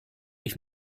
ich